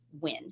win